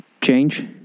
change